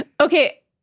Okay